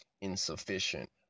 insufficient